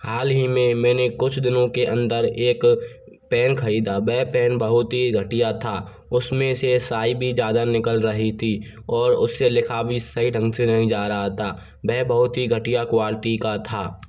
हाल ही में मैंने कुछ दिनों के अंदर एक पेन ख़रीदा वह पेन बहुत ही घटिया था उसमें से स्याही भी ज़्यादा निकल रही थी और उससे लिखा भी सही ढंग से नहीं जा रहा था वह बहुत ही घटिया क्वालिटी का था